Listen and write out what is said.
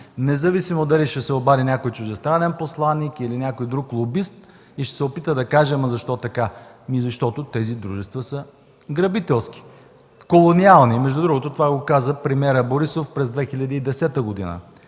независимо дали ще се обади някой чуждестранен посланик или някой друг лобист и ще се опита да каже „Ама защо така?”. Ами защото тези дружества са грабителски, колониални. Между другото, това го каза премиерът Борисов през 2010 г.